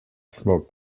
smoke